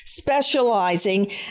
specializing